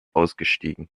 ausgestiegen